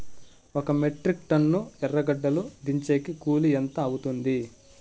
ఒక metric ton ఎర్రగడ్డలు దించేకి కూలి ఎంత అవుతుంది?